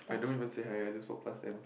I don't even say hi I just walk pass them